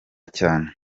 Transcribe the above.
cyane